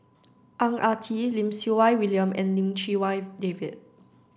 Ang Ah Tee Lim Siew Wai William and Lim Chee Wai David